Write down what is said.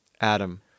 Adam